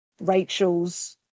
rachel's